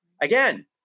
Again